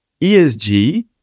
ESG